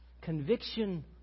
Conviction